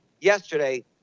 yesterday